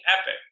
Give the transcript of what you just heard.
epic